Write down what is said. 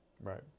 Right